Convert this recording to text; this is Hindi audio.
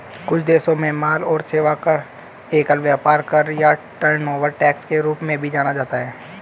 कुछ देशों में माल और सेवा कर, एकल व्यापार कर या टर्नओवर टैक्स के रूप में भी जाना जाता है